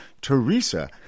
Teresa